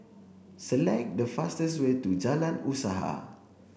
select the fastest way to Jalan Usaha